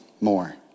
more